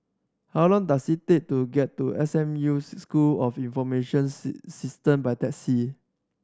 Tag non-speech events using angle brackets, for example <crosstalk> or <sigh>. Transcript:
how long does it take to get to S M U School of Information <unintelligible> System by taxi